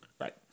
Right